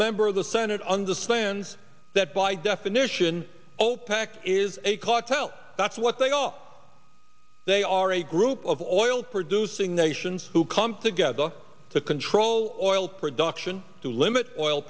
member of the senate understands that by definition opec is a cocktail that's what they all they are a group of oil producing nations who come together to control or oil production to limit oil